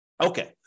Okay